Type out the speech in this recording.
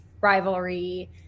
rivalry